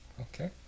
Okay